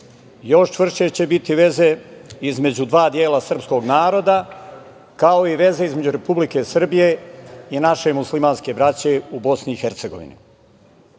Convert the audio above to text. još čvršće će biti veze između dva dela srpskog naroda, kao i veza između Republike Srbije i naše muslimanske braće u BiH.Ovi